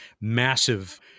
massive